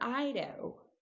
ido